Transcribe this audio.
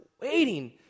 waiting